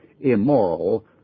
immoral